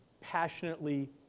passionately